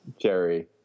Jerry